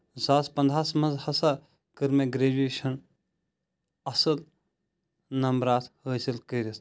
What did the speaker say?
زٕساس پَنٛدہَس منٛز ہسا کٔر مے گرٛیٚجویشن اصٕل نمبرات حٲصِل کٔرِتھ